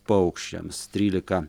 paukščiams trylika